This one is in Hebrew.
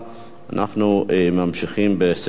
אנחנו ממשיכים בסדר-היום.